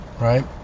right